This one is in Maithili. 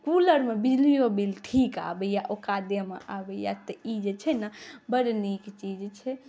कूलरमे बिजलिओ बिल ठीक आबैए औकादेमे आबैए तऽ ई जे छै ने बड़ नीक चीज छै